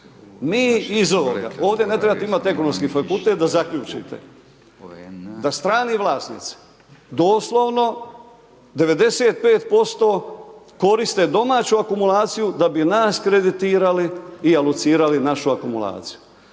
Mi iz ovoga, ovdje ne trebate imati ekonomski fakultet da zaključite da strani vlasnici doslovno 95% koriste domaću akumulaciju da bi nas kreditirali i alucirali našu akumulaciju.